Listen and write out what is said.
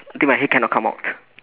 until my head cannot come out